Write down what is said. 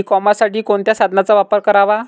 E कॉमर्ससाठी कोणत्या साधनांचा वापर करावा?